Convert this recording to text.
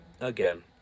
again